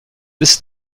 ist